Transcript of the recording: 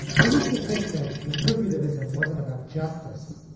i used to think that retributive ism wasn't about justice,